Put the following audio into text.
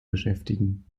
beschäftigen